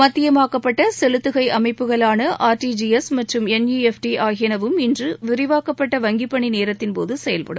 மத்தியமாக்கப்பட்ட செலுத்துகை அமைப்புகளான R T G S மற்றும் என் இ எஃப் டி ஆகியனவும் இன்று விரிவாக்கப்பட்ட வங்கி பணி நேரத்தின்போது செயல்படும்